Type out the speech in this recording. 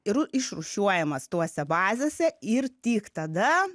ir išrūšiuojamas tuose bazėse ir tik tada